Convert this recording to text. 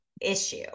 issue